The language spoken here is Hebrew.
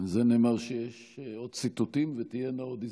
על זה נאמר: יש עוד ציטוטים ותהיינה עוד הזדמנויות.